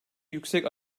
yüksek